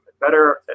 better